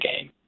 game